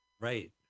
Right